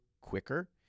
quicker